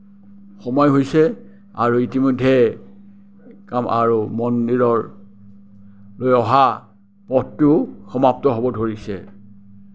সময় হৈছে আৰু ইতিমধ্যে কাম আৰু মন্দিৰৰ লৈ অহা পথটোও সমাপ্ত হ'ব ধৰিছে